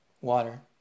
water